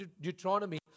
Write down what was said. Deuteronomy